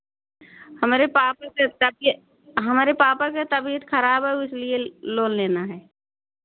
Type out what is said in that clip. हमारे पापा की तबियत हमारे पापा की तबियत खराब है उसलिए लोन लेना है